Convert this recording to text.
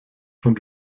und